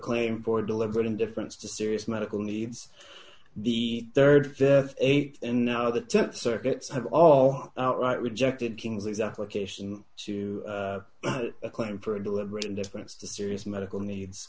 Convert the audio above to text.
claim for deliberate indifference to serious medical needs the rd th eight and now the th circuits have all right rejected king's exact location to a claim for a deliberate indifference to serious medical needs